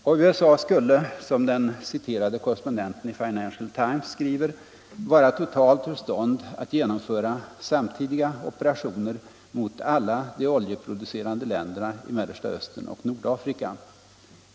Och USA skulle, som den citerade korrespondenten i Financial Times skriver, vara totalt ur stånd att genomföra samtidiga operationer mot alla de oljeproducerande länderna i Mellersta Östern och Nordafrika.